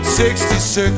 66